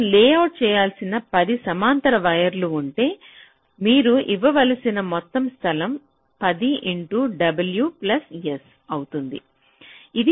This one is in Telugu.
మనం లేఅవుట్ చేయాల్సిన 10 సమాంతర వైర్లు ఉంటే మీరు ఇవ్వవలసిన మొత్తం స్థలం 10 w s అవుతుంది